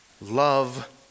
Love